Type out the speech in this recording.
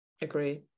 agree